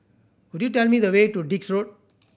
could you tell me the way to Dix Road